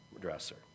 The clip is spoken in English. dresser